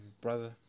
brother